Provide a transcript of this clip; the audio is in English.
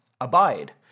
abide